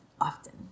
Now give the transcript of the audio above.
often